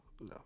No